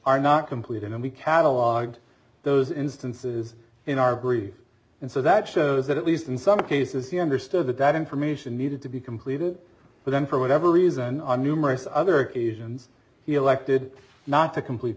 are not complete and we catalogued those instances in our greed and so that shows that at least in some cases you understood that that information needed to be completed but then for whatever reason on numerous other occasions he elected not to complete